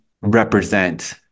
represent